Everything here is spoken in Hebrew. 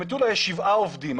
במטולה יש שבעה עובדים,